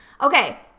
Okay